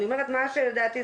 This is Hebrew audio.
אני אומרת מה שדעתי,